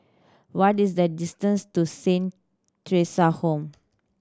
what is the distance to Saint Theresa Home